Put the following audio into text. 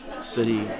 city